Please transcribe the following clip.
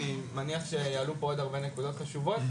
אני מניח שיעלו פה עוד הרבה נקודות חשובות.